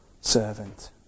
servant